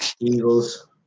Eagles